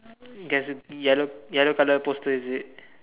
there's a yellow yellow color poster is it